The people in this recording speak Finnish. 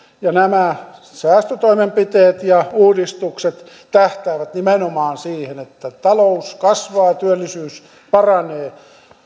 ja nämä säästötoimenpiteet ja uudistukset tähtäävät nimenomaan siihen että talous kasvaa ja työllisyys paranee